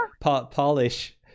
polish